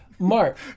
Mark